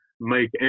make